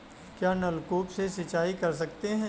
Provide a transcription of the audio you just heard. क्या नलकूप से सिंचाई कर सकते हैं?